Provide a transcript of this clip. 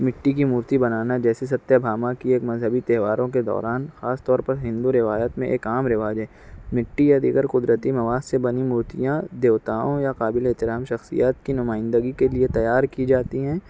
مٹی کی مورتی بنانا جیسے ستیہ بھاما کی ایک مذہبی تہواروں کے دوران خاص طور پر ہندو روایت میں ایک عام رواج ہے مٹی یا دیگر قدرتی مواد سے بنی مورتیاں دیوتاؤں یا قابل احترام شخصیات کی نمائندگی کے لئے تیار کی جاتی ہیں